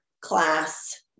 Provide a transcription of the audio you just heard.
class